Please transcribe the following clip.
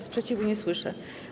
Sprzeciwu nie słyszę.